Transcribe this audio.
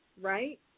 right